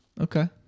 Okay